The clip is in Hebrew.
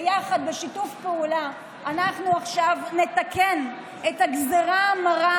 ויחד בשיתוף פעולה אנחנו עכשיו נתקן את הגזרה המרה